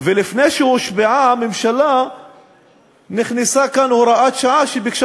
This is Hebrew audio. ולפני שהושבעה הממשלה נכנסה כאן הוראת שעה שביקשה